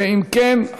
אם כן,